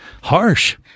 Harsh